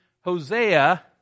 Hosea